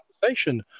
conversation